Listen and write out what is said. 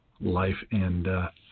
life-and-death